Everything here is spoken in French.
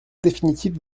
définitive